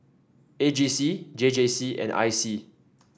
A G C J J C and I C